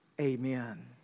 Amen